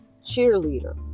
cheerleader